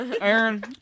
Aaron